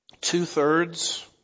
two-thirds